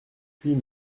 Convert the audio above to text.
puis